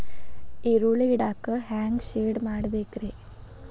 ಈರುಳ್ಳಿ ಇಡಾಕ ಹ್ಯಾಂಗ ಶೆಡ್ ಮಾಡಬೇಕ್ರೇ?